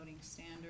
standard